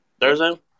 Thursday